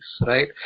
right